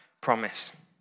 promise